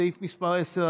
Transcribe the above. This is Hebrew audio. סעיף מס' 10,